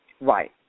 Right